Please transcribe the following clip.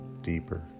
deeper